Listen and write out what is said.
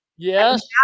Yes